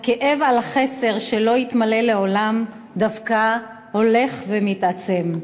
הכאב על החסר שלא יתמלא לעולם דווקא הולך ומתעצם.